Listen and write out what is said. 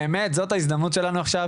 באמת זאת ההזדמנות שלנו עכשיו,